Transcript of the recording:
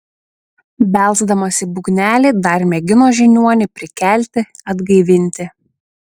belsdamas į būgnelį dar mėgino žiniuonį prikelti atgaivinti